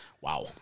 Wow